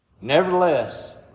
Nevertheless